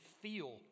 feel